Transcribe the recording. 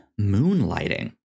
Moonlighting